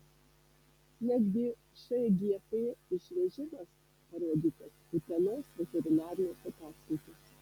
netgi šgp išvežimas parodytas utenos veterinarijos ataskaitose